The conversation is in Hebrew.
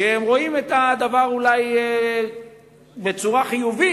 שרואים את הדבר אולי בצורה חיובית,